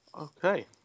okay